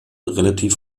relativ